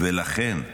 ולכן,